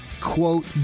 quote